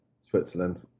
Switzerland